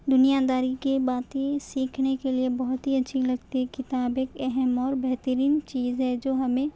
دنیا داری کی باتیں سیکھنے کے لئے بہت ہی اچھی لگتی ہے کتاب ایک اہم اور بہترین چیز ہے جو ہمیں